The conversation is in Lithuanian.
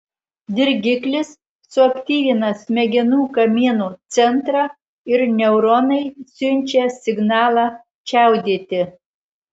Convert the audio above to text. dirgiklis suaktyvina smegenų kamieno centrą ir neuronai siunčia signalą čiaudėti